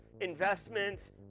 investments